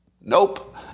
Nope